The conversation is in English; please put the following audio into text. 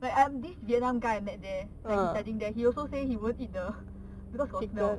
like I have this vietnam guy I met there like he is studying there he also say he won't eat the because got smell